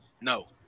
no